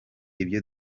ibyo